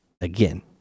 again